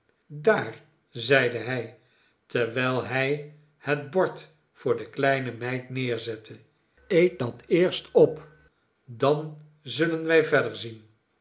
daar zeide hij terwijl hij het bord voor de kleine meid nederzette eet dat eerst op dan zullen wij verder zien